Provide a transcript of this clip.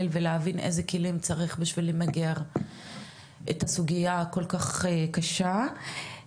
ולהבין איזה כלים צריך על מנת למגר את הסוגייה הכל כך קשה הזו.